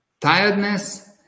Tiredness